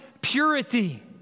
Purity